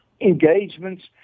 engagements